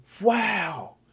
Wow